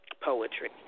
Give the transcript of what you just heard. Poetry